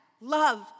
love